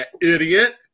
idiot